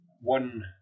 one